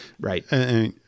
Right